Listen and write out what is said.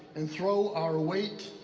and throw our weight,